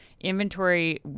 Inventory